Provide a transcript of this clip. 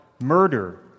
Murder